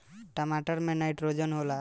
टमाटर मे नाइट्रोजन होला?